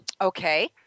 Okay